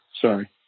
Sorry